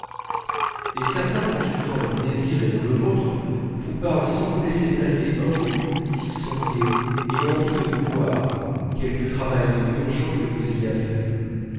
et certains consultant leur désir et non le vôtre vous parlent sans vous laisser placer un mot s'ils sont gais et ont envie de vous voir quelque travail urgent que vous ayez à faire